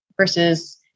versus